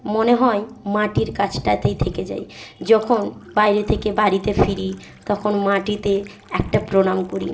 মনে হয় মাটির কাছটাতেই থেকে যাই যখন বাইরে থেকে বাড়িতে ফিরি তখন মাটিতে একটা প্রণাম করি